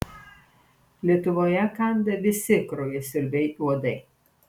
lietuvoje kanda visi kraujasiurbiai uodai